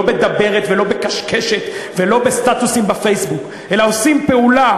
לא בדברת ולא בקשקשת ולא בסטטוסים בפייסבוק אלא עושים פעולה.